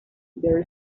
there